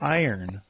iron